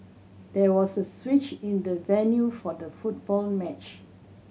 there was a switch in the venue for the football match